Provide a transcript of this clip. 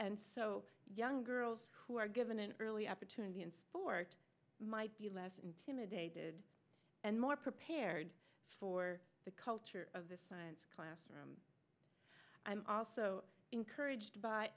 and so young girls who are given an early opportunity in sport might be less intimidated and more prepared for the culture of the science classroom i'm also encouraged by